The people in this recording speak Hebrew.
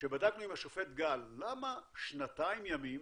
כשבדקנו עם השופט גל למה שנתיים ימים